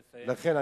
נא לסיים.